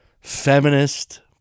feminist